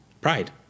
Pride